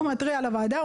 הוא מתריע לוועדה,